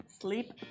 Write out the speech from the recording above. sleep